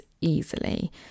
easily